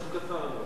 משהו קצר מאוד.